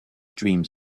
dreams